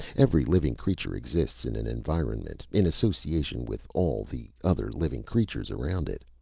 every living creature exists in an environment, in association with all the other living creatures around it.